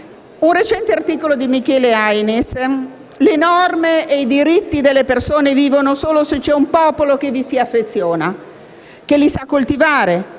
un recente articolo di Michele Ainis, le norme e i diritti delle persone vivono solo se c'è un popolo che vi si affeziona, che li sa coltivare,